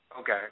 Okay